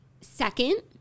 Second